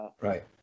Right